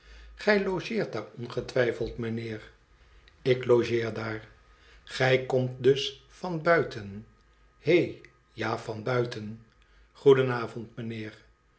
gij logeert daar ongetwijfeld mijnheer ik logeer daar gij komt dus van buiten hé ja van buiten goedenavond mijnheer